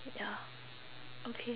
ya okay